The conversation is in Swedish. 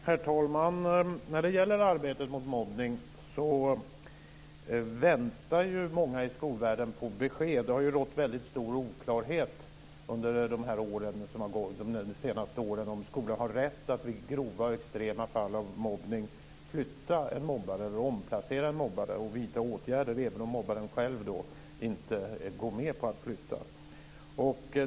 Herr talman! När det gäller arbetet mot mobbning väntar många i skolvärlden på besked. Det har rått mycket stor oklarhet under de senaste åren om skolan har rätt att vid grova och extrema fall av mobbning flytta eller omplacera en mobbare och vidta åtgärder även om mobbaren själv inte går med på att flytta.